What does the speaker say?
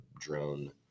drone –